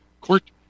court